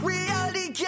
Reality